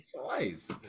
twice